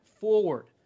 Forward